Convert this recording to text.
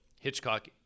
Hitchcock